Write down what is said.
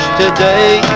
today